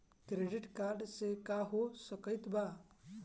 Credit card से का हो सकइत बा?